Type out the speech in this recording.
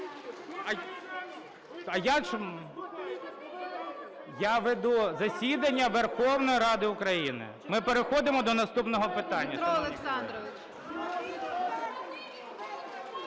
Я веду засідання Верховної Ради України. Ми переходимо до наступного питання,